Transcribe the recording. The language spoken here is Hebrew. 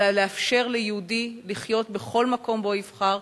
אלא לאפשר ליהודי לחיות בכל מקום שבו יבחר,